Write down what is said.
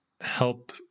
help